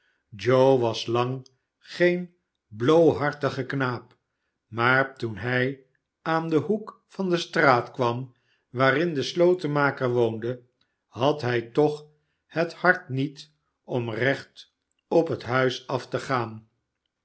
joe was lang geen bloohartige knaap maar toen hij aan den hoek van de straat kwam waarin de slotenmaker woonde had hij toch het hart niet om recht op het huis af te gaan